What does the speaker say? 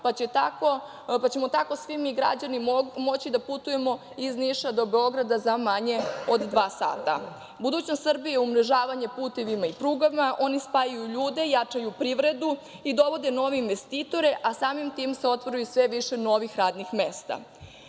pa ćemo tako svi mi građani moći da putujemo iz Niša do Beograda za manje od dva sata. Budućnost Srbije, umrežavanje putevima i prugama, oni spajaju ljude, jačaju privredu i dovode nove investitore, a samim tim se otvara sve više i novih radnih mesta. Zakon